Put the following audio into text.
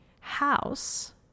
house